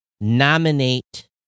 nominate